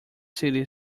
city